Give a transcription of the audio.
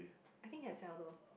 I think can sell though